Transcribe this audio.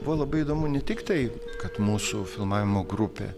buvo labai įdomu ne tik tai kad mūsų filmavimo grupė